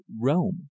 Rome